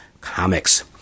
comics